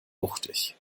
wuchtig